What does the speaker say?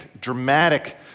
dramatic